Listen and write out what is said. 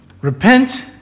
Repent